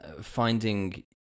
finding